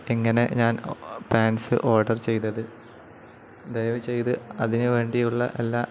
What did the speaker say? ഇങ്ങനെ ഞാൻ pants order ചെയ്തത് ദയവു ചെയ്ത് അതിനു വേണ്ടിയുള്ള എല്ലാ